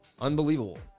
Unbelievable